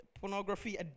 pornography